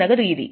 నగదు ఇది